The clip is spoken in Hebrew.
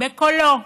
בקולו.